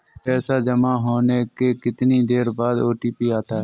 पैसा जमा होने के कितनी देर बाद ओ.टी.पी आता है?